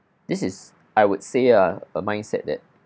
this is I would say ah a mindset that